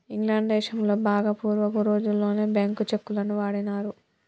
England దేశంలో బాగా పూర్వపు రోజుల్లోనే బ్యేంకు చెక్కులను వాడినారు